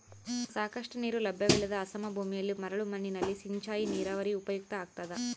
ಸಾಕಷ್ಟು ನೀರು ಲಭ್ಯವಿಲ್ಲದ ಅಸಮ ಭೂಮಿಯಲ್ಲಿ ಮರಳು ಮಣ್ಣಿನಲ್ಲಿ ಸಿಂಚಾಯಿ ನೀರಾವರಿ ಉಪಯುಕ್ತ ಆಗ್ತದ